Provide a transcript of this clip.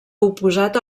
oposat